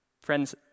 Friends